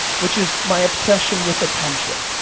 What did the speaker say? which is my obsession with attention.